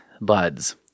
buds